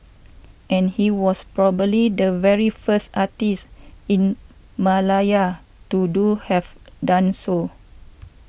and he was probably the very first artist in Malaya to do have done so